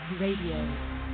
Radio